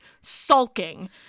sulking